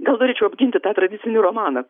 gal norėčiau apginti tą tradicinį romaną